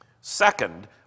Second